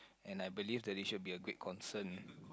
and I believe that it should be a great concern